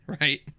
right